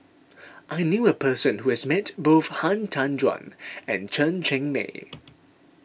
I knew a person who has met both Han Tan Juan and Chen Cheng Mei